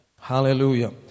Hallelujah